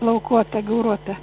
plaukuotą gauruotą